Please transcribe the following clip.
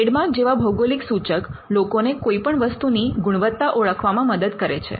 trademark જેવા ભૌગોલિક સૂચક લોકોને કોઈ પણ વસ્તુની ગુણવત્તા ઓળખવામાં મદદ કરે છે